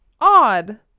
odd